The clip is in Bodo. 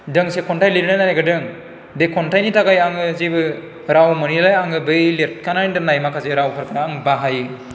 दोंसे खन्थाइ लिरनो नागिरदों बे खन्थाइनि थाखाय आङो जेबो राव मोनैलाय आङो बै लिरखाना दोन्नाय माखासे राव आं बाहायो